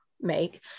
make